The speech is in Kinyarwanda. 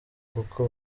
kuko